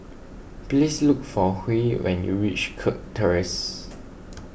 please look for Huey when you reach Kirk Terrace